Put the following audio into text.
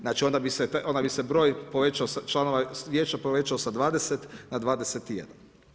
Znači, onda bi se broj povećao, članova vijeća povećao sa 20 na 21.